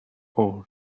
all